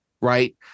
Right